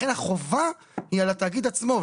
לכן החובה היא על התאגיד עצמו.